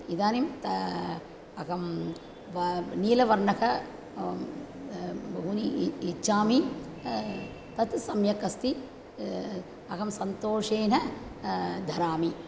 इदानीं ता अहं वा नीलवर्णः बहु इच्छामि तत् सम्यकस्ति अहं सन्तोषेन धरामि